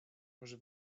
może